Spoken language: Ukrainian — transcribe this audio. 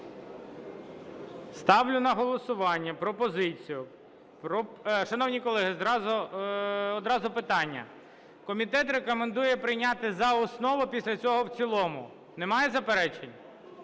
Ставлю на голосування пропозицію… Шановні колеги, одразу питання. Комітет рекомендує прийняти за основу, після цього – в цілому. Немає заперечень?